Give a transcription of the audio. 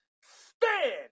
Stand